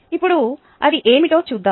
ఇప్పుడు అది ఏమిటో చూద్దాం